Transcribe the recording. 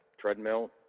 treadmill